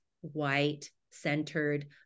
white-centered